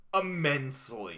Immensely